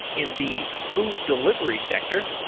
in the food delivery sector,